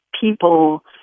people